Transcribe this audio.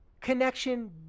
connection